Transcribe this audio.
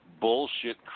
bullshit